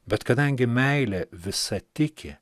bet kadangi meilė visa tiki